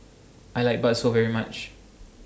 I like Bakso very much